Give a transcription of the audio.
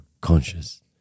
conscious